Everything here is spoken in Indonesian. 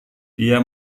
dia